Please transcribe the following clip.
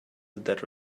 that